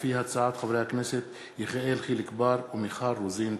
חברי הכנסת יחיאל חיליק בר ומיכל רוזין בנושא: